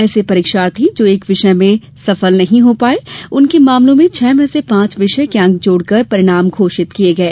ऐसे परीक्षार्थी जो एक विषय में सफल नहीं हो पाए उनके मामलों में छह में से पांच विषय के अंक जोड़कर परिणाम घोषित किए गए